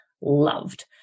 loved